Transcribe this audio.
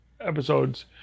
episodes